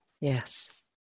Yes